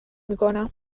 میکنم